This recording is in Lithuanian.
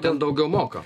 ten daugiau moka